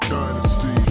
dynasty